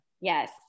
Yes